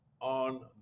on